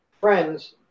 Friends